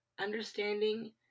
Understanding